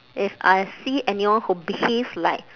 if I see anyone who behaves like